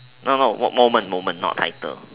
no no moment moment not title